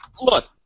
look